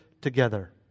together